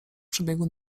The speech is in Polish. przebiegu